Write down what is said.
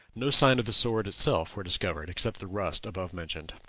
no signs of the sword itself were discovered, except the rust above mentioned.